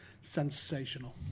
sensational